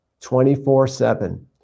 24-7